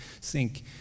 Sink